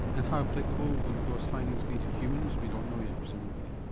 and how applicable would those findings be to humans we don't know yet presumably?